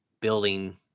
building